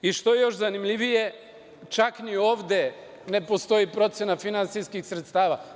Ono što je još zanimljivije, čak ni ovde ne postoji procena finansijskih sredstava.